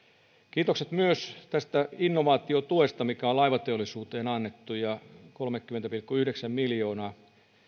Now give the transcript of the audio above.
kiitokset myös tästä innovaatiotuesta mikä on laivateollisuuteen annettu kolmekymmentä pilkku yhdeksän miljoonaa